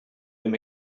him